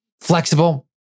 flexible